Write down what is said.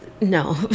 No